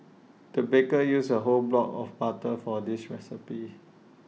the baker used A whole block of butter for this recipe